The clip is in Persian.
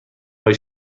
های